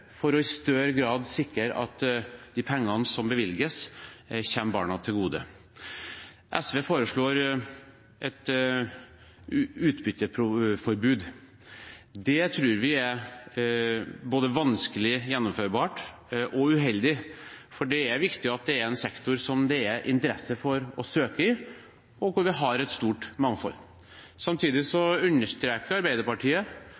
gjøre for i større grad å sikre at de pengene som bevilges, kommer barna til gode. Sosialistisk Venstreparti foreslår et utbytteforbud. Det tror vi er både vanskelig gjennomførbart og uheldig, for det er viktig at det er en sektor som det er interesse for å søke i, og hvor vi har et stort mangfold. Samtidig